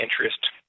interest